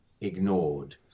ignored